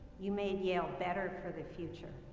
you made yale better for the future.